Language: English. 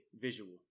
visual